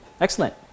Excellent